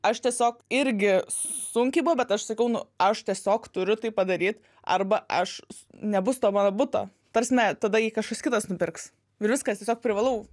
aš tiesiog irgi sunkiai buvo bet aš sakau nu aš tiesiog turiu tai padaryt arba aš nebus to mano buto ta prasme tada jį kažkas kitas nupirks ir viskas tiesiog privalau